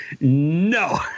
No